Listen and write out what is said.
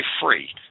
free